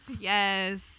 Yes